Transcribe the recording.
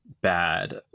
bad